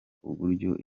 uburyo